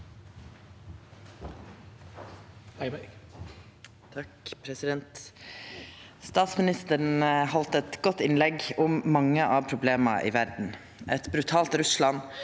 Stats- ministeren heldt eit godt innlegg om mange av problema i verda. Eit brutalt Russland